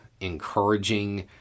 encouraging